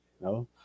no